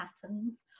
patterns